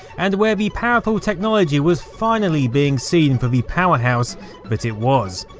and where the powerful technology was finally being seen for the power house that it was.